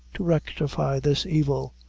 to rectify this evil.